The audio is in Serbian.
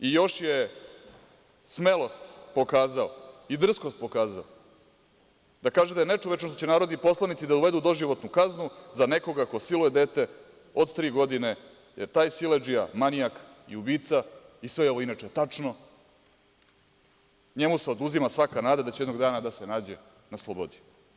I još je smelost i drskost pokazao da kaže da je nečovečno što će narodni poslanici da uvedu doživotnu kaznu za nekoga ko siluje dete od tri godine, jer taj siledžija, manijak i ubica, i sve je ovo inače tačno, njemu se oduzima svaka nada da će jednog dana da se nađe na slobodi.